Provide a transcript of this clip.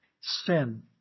sin